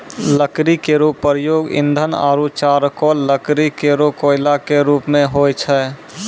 लकड़ी केरो प्रयोग ईंधन आरु चारकोल लकड़ी केरो कोयला क रुप मे होय छै